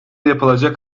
yapılacak